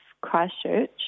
Christchurch